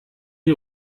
die